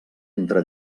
entre